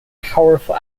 powerful